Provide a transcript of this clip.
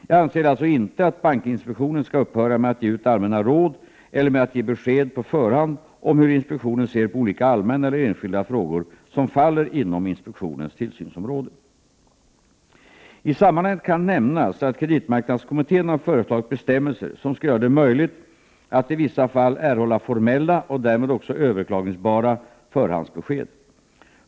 Jag anser alltså inte att bankinspektionen skall upphöra med att ge ut allmänna råd eller med att ge besked på förhand om hur inspektionen ser på olika allmänna eller enskilda frågor som faller inom inspektionens tillsynsområde. I sammanhanget kan nämnas att kreditmarknadskommittén har föreslagit bestämmelser, som skulle göra det möjligt att i vissa fall erhålla formella, och därmed också överklagbara, förhandsbesked.